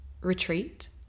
retreat